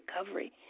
recovery